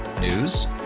News